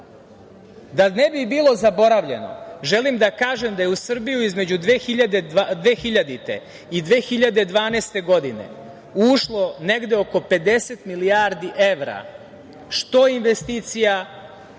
ne bi bilo zaboravljeno, želim da kažem da je u Srbiju između 2000. i 2012. godine ušlo negde oko 50 milijardi evra što investicija,